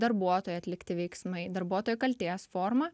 darbuotojo atlikti veiksmai darbuotojo kaltės forma